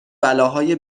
بلاهای